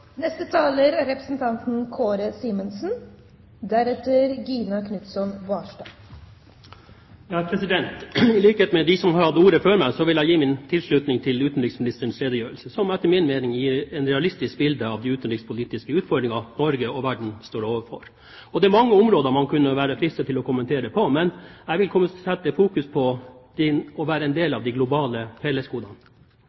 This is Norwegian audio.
I likhet med dem som har hatt ordet før meg, vil jeg gi min tilslutning til utenriksministerens redegjørelse, som etter min mening gir et realistisk bilde av de utenrikspolitiske utfordringene Norge og verden står overfor. Det er mange områder man kunne vært fristet til å kommentere, men jeg vil fokusere på en del av de globale fellesgodene. Enten påvirker de oss direkte eller indirekte. Utdanningssatsingen, klimautfordringene, global helse og matsikkerhet er eksempler på